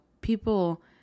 people